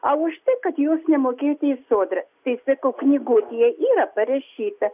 a už tai kad jūs nemokėjote į sodrą tai sakau knygutėje yra parašyta